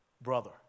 brother